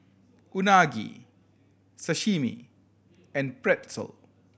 Unagi Sashimi and Pretzel